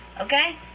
Okay